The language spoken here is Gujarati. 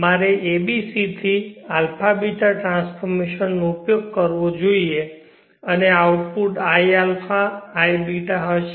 મારે abc થી ∝β ટ્રાન્સફોર્મેશન નો ઉપયોગ કરવો જોઈએ અને આઉટપુટ i∝ અને iβ હશે